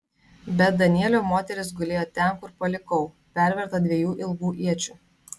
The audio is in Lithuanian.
bet danielio moteris gulėjo ten kur palikau perverta dviejų ilgų iečių